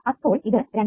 അപ്പോൾ ഇത് 2